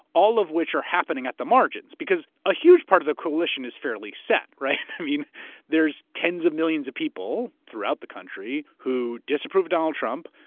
all of which are happening at the margins. because, a huge part of the coalition is fairly set, right? i mean there's tens of millions of people throughout the country who disapproved donald trump,